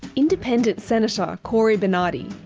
independent senator cory bernardi,